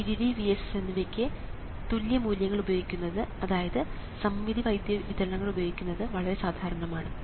VDD VSS എന്നിവയ്ക്ക് തുല്യ മൂല്യങ്ങൾ ഉപയോഗിക്കുന്നത് അതായത് സമമിതി വൈദ്യുത വിതരണങ്ങൾ ഉപയോഗിക്കുന്നത് വളരെ സാധാരണമാണ്